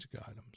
items